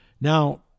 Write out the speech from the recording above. Now